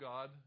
God